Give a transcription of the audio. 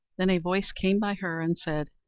then a voice came by her and said,